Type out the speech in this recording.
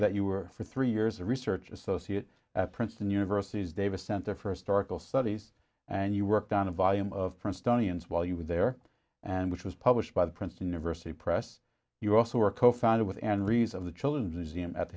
that you were for three years a research associate at princeton university's davis center first article studies and you worked on a volume of princetonian while you were there and which was published by the princeton university press you also were co founded with and resolve the children's museum at